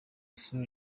sous